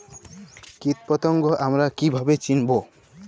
কীটপতঙ্গ আমরা কীভাবে চিনব?